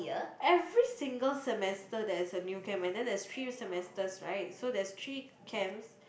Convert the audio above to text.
every single semester there's a new camp and then there's three semesters right so there's three camps